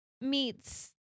meets